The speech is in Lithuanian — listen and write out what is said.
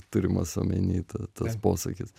turimas omeny ta tas posakis